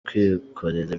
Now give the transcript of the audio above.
kwikorera